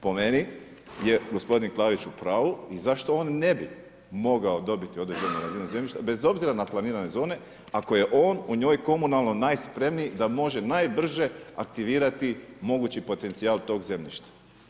Po meni je gospodin Klarić u pravu i zašto on ne bi mogao dobiti određenu razinu zemljišta bez obzira na planirane zone ako je on u njoj komunalno najspremniji da može najbrže aktivirati mogući potencijal tog zemljišta.